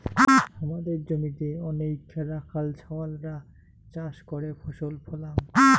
হামাদের জমিতে অনেইক রাখাল ছাওয়ালরা চাষ করে ফসল ফলাং